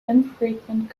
infrequent